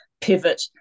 pivot